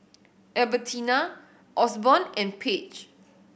Albertina Osborn and Page